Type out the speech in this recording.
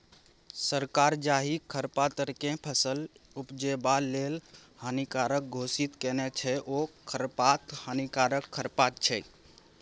सरकार जाहि खरपातकेँ फसल उपजेबा लेल हानिकारक घोषित केने छै ओ खरपात हानिकारक खरपात छै